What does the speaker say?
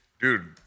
Dude